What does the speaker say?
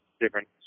different